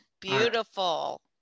Beautiful